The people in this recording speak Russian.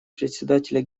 председателя